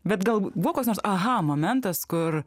bet gal buvo koks nors aha momentas kur